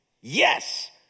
Yes